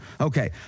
Okay